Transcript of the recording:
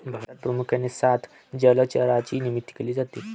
भारतात प्रामुख्याने सात जलचरांची निर्मिती केली जाते